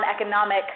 economic